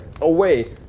away